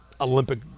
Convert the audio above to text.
olympic